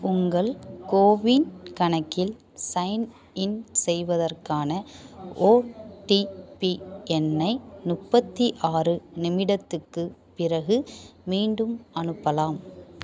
உங்கள் கோவின் கணக்கில் சைன்இன் செய்வதற்கான ஓடிபி எண்ணை முப்பத்தி ஆறு நிமிடத்துக்குப் பிறகு மீண்டும் அனுப்பலாம்